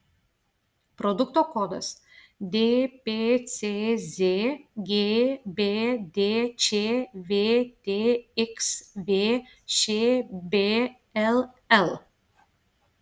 produkto kodas dpcz gbdč vtxv šbll